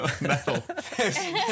metal